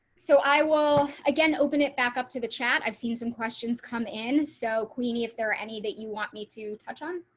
so i will again, open it back up to the chat. i've seen some questions come in. so queenie if there are any that you want me to touch on